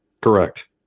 Correct